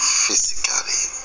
physically